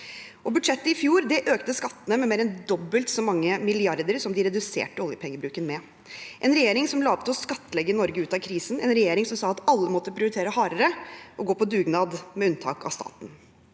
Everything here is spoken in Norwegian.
Og i budsjettet i fjor økte de skattene med mer enn dobbelt så mange milliarder som de reduserte oljepengebruken med – en regjering som la opp til å skattlegge Norge ut av krisen, en regjering som sa at alle måtte prioritere hardere og gå på dugnad, med unntak av staten.